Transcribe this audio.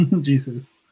jesus